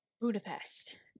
Budapest